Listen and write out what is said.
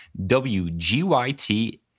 WGYT